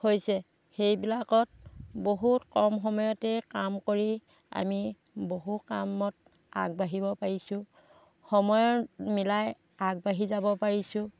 হৈছে সেইবিলাকত বহুত কম সময়তেই কাম কৰি আমি বহু কামত আগবাঢ়িব পাৰিছোঁ সময়ৰ মিলাই আগবাঢ়ি যাব পাৰিছোঁ